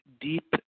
deep